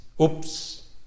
Oops